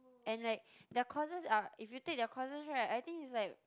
and like their courses are if you take their courses right I think it's like